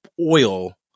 oil